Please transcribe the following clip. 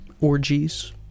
Orgies